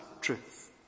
truth